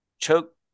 choke